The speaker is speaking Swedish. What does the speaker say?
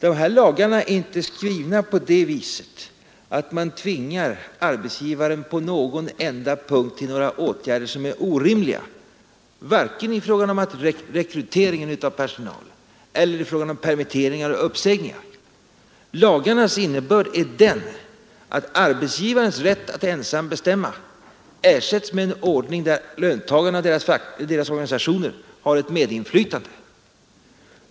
Dessa lagar är inte skrivna på det sättet att man på någon enda punkt tvingar arbetsgivaren till några åtgärder som är orimliga, vare sig i fråga om rekryteringen av personal eller i fråga om permitteringar och uppsägningar. Lagarnas innebörd är att arbetsgivarens rätt att ensam bestämma ersätts med en ordning som ger löntagarna och deras organisationer ett medinflytande.